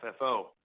FFO